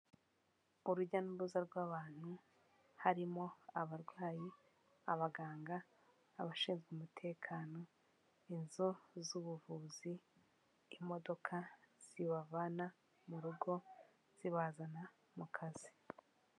Urujya n'uruza rw'abantu harimo abarwayi, abaganga, abashinzwe umutekano, inzu z'ubuvuzi, imodoka zibavana mu rugo zibazana mu kazi.